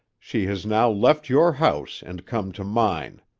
she has now left your house and come to mine.